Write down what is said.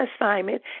assignment